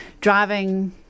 driving